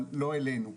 אבל לא אלינו.